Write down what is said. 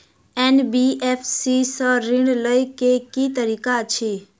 NBFC सँ ऋण लय केँ की तरीका अछि?